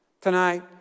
tonight